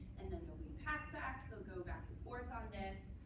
and then they'll be passed back. they'll go back and forth on this